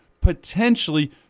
potentially